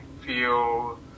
feel—